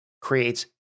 creates